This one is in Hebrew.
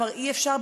כבר אי-אפשר,